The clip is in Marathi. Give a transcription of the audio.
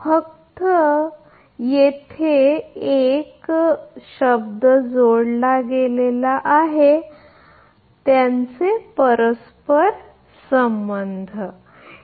फक्त येथे एक शब्द जोडला गेला आहे कारण त्यांचे परस्परसंबंध बरोबर